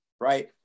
Right